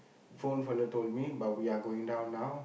phone fellow told me but we are going down now